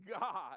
God